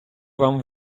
вам